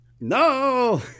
No